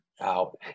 out